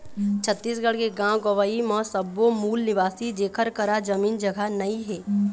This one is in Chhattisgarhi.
छत्तीसगढ़ के गाँव गंवई म सब्बो मूल निवासी जेखर करा जमीन जघा नइ हे